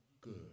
good